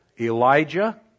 Elijah